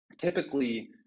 typically